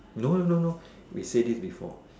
no no no we say this before